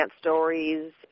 stories